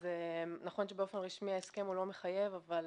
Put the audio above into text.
אז נכון שבאופן רשמי ההסכם לא מחייב, אבל